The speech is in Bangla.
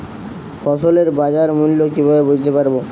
ফসলের বাজার মূল্য কিভাবে বুঝতে পারব?